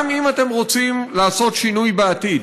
גם אם אתם רוצים לעשות שינוי בעתיד,